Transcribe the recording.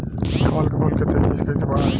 कमल के फूल के तेजी से कइसे बढ़ाई?